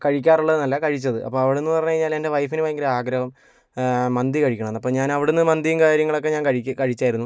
കഴിക്കാറുള്ളത് എന്നല്ല കഴിച്ചത് അപ്പോൾ അവിടുന്ന് പറഞ്ഞ് കഴിഞ്ഞാൽ എൻ്റെ വൈഫിന് ഭയങ്കര ആഗ്രഹം മന്തി കഴിക്കണമെന്ന് അപ്പോൾ ഞാനവിടുന്ന് മന്തിയും കാര്യങ്ങളൊക്കെ ഞാൻ കഴിക്ക് കഴിച്ചായിരുന്നു